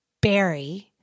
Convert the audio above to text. Barry